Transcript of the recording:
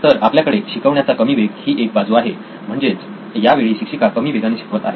तर आपल्याकडे शिकवण्याचा कमी वेग ही एक बाजू आहे म्हणजेच यावेळी शिक्षिका कमी वेगाने शिकवत आहे